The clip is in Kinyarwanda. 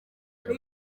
ati